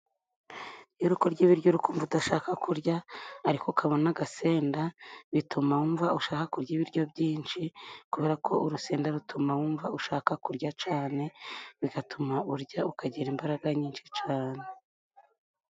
Iyo uri kurya ibiryo urikumva udashaka kurya ariko ukabona agasenda, bituma wumva ushaka kurya ibiryo byinshi, kubera ko urusenda rutuma wumva ushaka kurya cyane, bigatuma urya ukagira imbaraga nyinshi cyane.